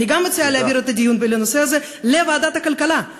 אני גם מציעה להעביר את הדיון בנושא הזה לוועדת הכלכלה,